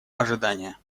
ожидания